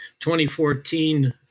2014